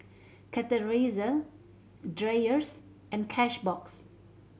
Chateraise Dreyers and Cashbox